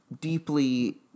deeply